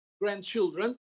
grandchildren